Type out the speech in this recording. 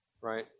right